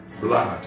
blood